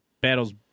battles